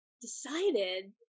decided